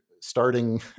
starting